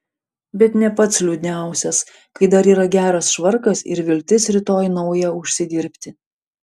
bet ne pats liūdniausias kai dar yra geras švarkas ir viltis rytoj naują užsidirbti